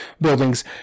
buildings